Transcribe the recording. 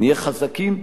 נהיה חזקים,